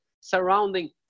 surrounding